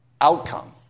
outcome